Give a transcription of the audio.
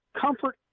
comfort